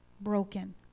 broken